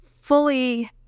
fully